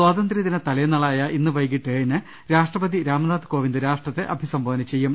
സ്വാതന്ത്രൃദിന തലേന്നായ ഇന്ന് വൈകീട്ട് ഏഴിന് രാഷ്ട്രപതി രാംനാഥ് കോവിന്ദ് രാഷ്ട്രത്തെ അഭിസംബോധന ചെയ്യും